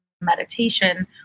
meditation